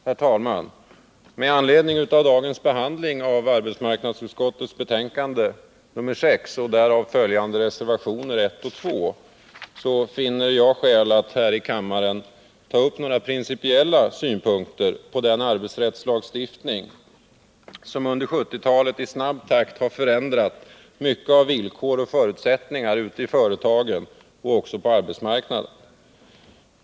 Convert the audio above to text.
Herr talman! Med anledning av dagens behandling av arbetsmarknadsutskottets betänkande nr 6 och därav följande reservationer 1 och 2, finner jag skäl att här i kammaren ta upp några principiella synpunkter på den arbetsrättslagstiftning som under 1970-talet i snabb takt har förändrat mycket av villkor och förutsättningar ute i företagen och på arbetsmarknaden.